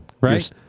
Right